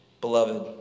Beloved